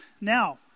Now